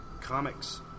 comics